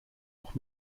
auch